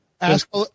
Ask